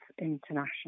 international